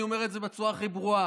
אני אומר את זה בצורה הכי ברורה.